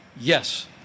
yes